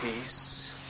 Peace